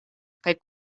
kaj